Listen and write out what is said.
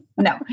No